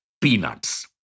peanuts